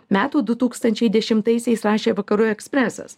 metų du tūkstančiai dešimtaisiais rašė vakarų ekspresas